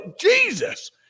Jesus